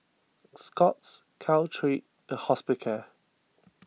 Scott's Caltrate and Hospicare